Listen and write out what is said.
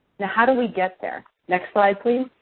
now, how do we get there? next slide, please.